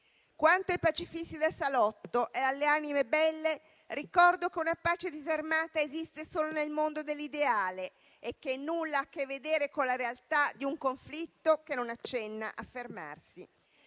Quanto ai pacifisti da salotto e alle anime belle, ricordo che una pace disarmata esiste solo nel mondo dell'ideale e che nulla ha a che vedere con la realtà di un conflitto che non accenna a fermarsi.